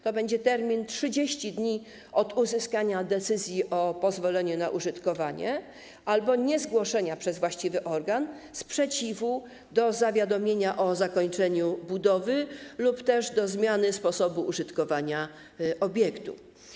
To będzie termin 30 dni od dnia uzyskania decyzji o pozwoleniu na użytkowanie albo niezgłoszenia przez właściwy organ sprzeciwu wobec zawiadomienia o zakończeniu budowy lub też zmianie sposobu użytkowania obiektu.